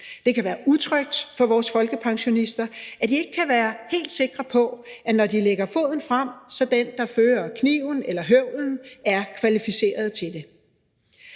Det kan være utrygt for vores folkepensionister, at de, når de lægger foden frem, ikke kan være helt sikre på, at den, der fører kniven eller høvlen, er kvalificeret til det.